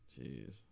Jeez